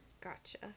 Gotcha